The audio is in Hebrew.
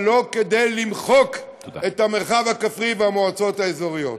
אבל לא כדי למחוק את המרחב הכפרי והמועצות האזוריות.